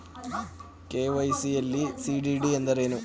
KYC ಯಲ್ಲಿ CDD ಎಂದರೇನು?